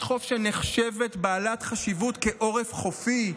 החוף שנחשבת בעלת חשיבות כעורף חופי,